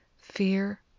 fear